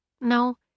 No